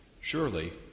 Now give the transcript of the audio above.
surely